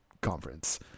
conference